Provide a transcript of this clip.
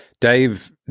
Dave